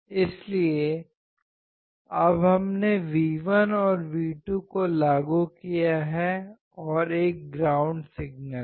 इसलिए अब हमने V1 और V2 को लागू किया है और एक ग्राउंड सिग्नल है